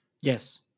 Yes